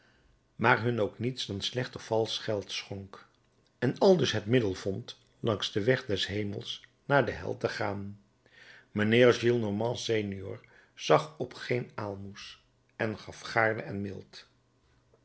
maar hun ook niets dan slecht of valsch geld schonk en aldus het middel vond langs den weg des hemels naar de hel te gaan mijnheer gillenormand senior zag op geen aalmoes en gaf gaarne en mild